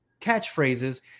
catchphrases